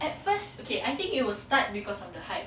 at first okay I think they will start because of the hype